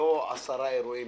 לא עשרה אירועים,